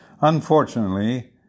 Unfortunately